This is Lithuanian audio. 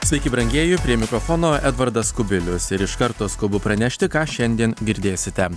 sveiki brangieji prie mikrofono edvardas kubilius ir iš karto skubu pranešti ką šiandien girdėsite